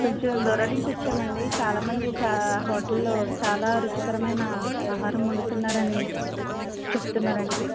కొంచెం దూరం నుంచి వచ్చామండి చాలా మంది హోటల్ లో చాలా రుచికరమైన ఆహరం వండుతున్నారని చెప్తున్నారండి